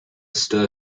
stir